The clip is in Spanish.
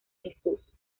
jesús